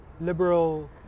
liberal